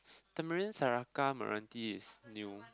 Tamarind Seraka Merenti is new